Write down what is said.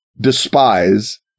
despise